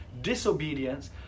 disobedience